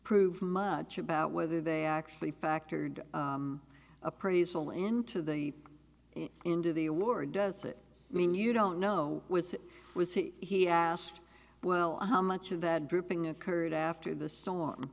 prove much about whether they actually factored appraisal into the into the award does it mean you don't know was it was he asked well how much of that grouping occurred after the storm